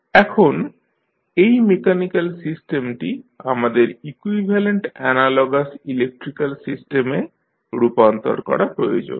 এখন এই মেকানিক্যাল সিস্টেমটি আমাদের ইকুইভ্যালেন্ট অ্যানালগাস ইলেক্ট্রিক্যাল সিস্টেমে রূপান্তর করার প্রয়োজন